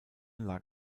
lag